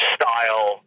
style